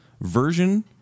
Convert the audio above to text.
version